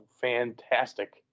fantastic